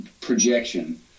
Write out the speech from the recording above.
projection